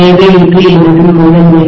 எனவே இது எனது முதன்மை